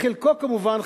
חלקו כמובן,